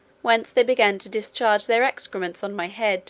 whence they began to discharge their excrements on my head